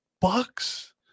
bucks